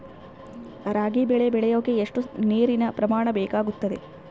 ರಾಗಿ ಬೆಳೆ ಬೆಳೆಯೋಕೆ ಎಷ್ಟು ನೇರಿನ ಪ್ರಮಾಣ ಬೇಕಾಗುತ್ತದೆ?